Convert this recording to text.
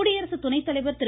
குடியரசு துணைத்தலைவர் திரு